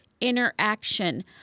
interaction